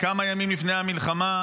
כמה ימים לפני המלחמה,